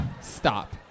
Stop